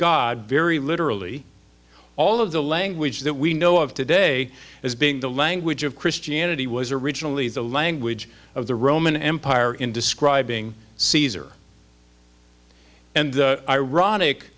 god very literally all of the language that we know of today as being the language of christianity was originally the language of the roman empire in describing caesar and ironic